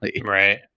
right